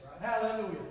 Hallelujah